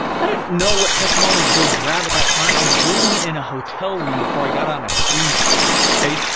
i don't know what testimony is go grab at that time. i was building it in a hotel room before i got on a cruise ship. okay,